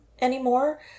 anymore